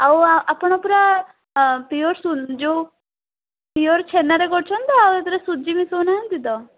ଆଉ ଆପଣ ପୁରା ପିଓର୍ ଯେଉଁ ପିଓର୍ ଛେନାରେ କରୁଛନ୍ତି ତ ଆଉ ସେଥିରେ ସୁଜି ମିଶାଉ ନାହାଁନ୍ତି ତ